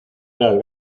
las